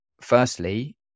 firstly